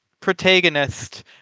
protagonist